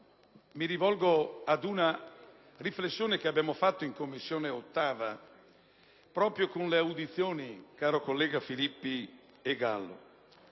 mi rifaccio ad una riflessione che abbiamo fatto in 8a Commissione proprio con le audizioni, cari colleghi Filippi e Gallo,